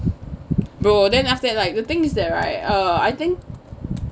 bro then after that like the thing is that right err I think